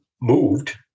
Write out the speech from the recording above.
moved